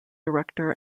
director